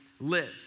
live